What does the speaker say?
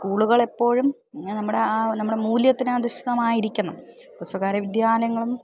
സ്കൂളുകൾ എപ്പോഴും നമ്മുടെ നമ്മുടെ മൂല്യത്തിന് അധിഷ്ടിതമായിരിക്കണം സ്വകാര്യ വിദ്യാലയങ്ങളും